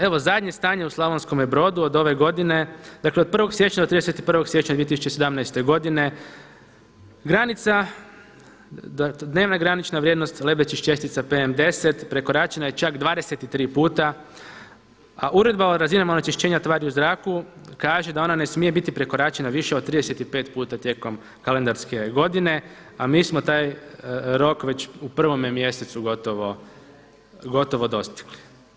Evo zadnje stanje u Slavonskome Brodu od ove godine, dakle od 1. siječnja do 31. siječnja 2017. godine granica, dnevna granična vrijednost lebdećih čestica PM10 prekoračena je čak 23 puta, a Uredba o razinama onečišćenja tvari u zraku kaže da ona ne smije biti prekoračena više od 35 puta tijekom kalendarske godine, a mi smo taj rok već u prvome mjesecu gotovo dostigli.